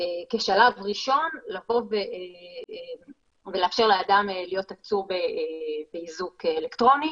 כשלב ראשון לאפשר לאדם להיות עצור באיזוק אלקטרוני.